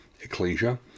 ecclesia